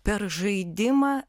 per žaidimą